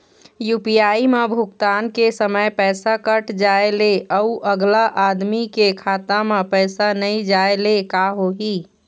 UPI म भुगतान के समय पैसा कट जाय ले, अउ अगला आदमी के खाता म पैसा नई जाय ले का होही?